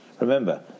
Remember